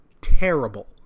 terrible